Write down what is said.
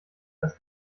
das